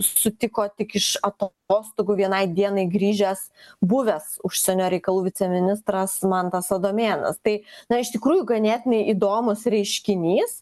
sutiko tik iš atostogų vienai dienai grįžęs buvęs užsienio reikalų viceministras mantas adomėnas tai na iš tikrųjų ganėtinai įdomus reiškinys